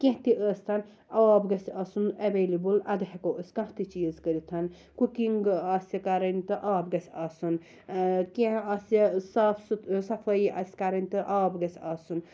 کینٛہہ تہِ ٲستَن آب گَژھِ آسُن ایویلیبل اَدٕ ہیٚکو أسۍ کانٛہہ تہِ چیٖز کٔرِتھ کُکِنٛگ آسہِ کَرٕنۍ تہٕ آب گَژھِ آسُن کینٛہہ آسہِ صاف سُتھ صَفٲیی آسہِ کَرٕنۍ تہٕ آب گَژھِ آسُن